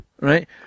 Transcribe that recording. right